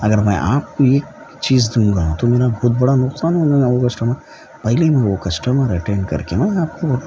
اگر میں آپ کو ایک چیز دوں گا تو میرا بہت بڑا نقصان ہو جائے گا اس ٹائم پہلے وہ کسٹمر اٹینڈ کرکے میں آپ کو